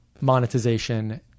monetization